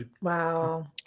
Wow